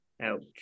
Ouch